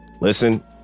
Listen